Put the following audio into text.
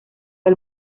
del